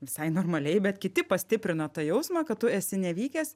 visai normaliai bet kiti pastiprino tą jausmą kad tu esi nevykęs